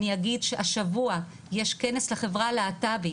אני אגיד שהשבוע יש כנס לחברה הלהט"בית.